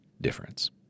difference